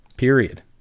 Period